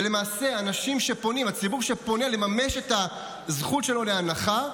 ולמעשה הציבור שפונה לממש את הזכות שלו להנחה,